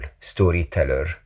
storyteller